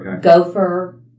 Gopher